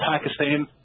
Pakistan